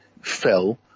fell